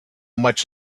much